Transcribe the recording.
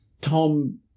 tom